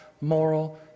moral